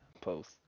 Post